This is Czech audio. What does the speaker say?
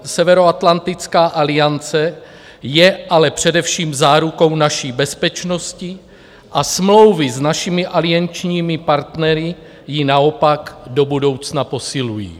Severoatlantická aliance je ale především zárukou naší bezpečnosti a smlouvy s našimi aliančními partnery ji naopak do budoucna posilují.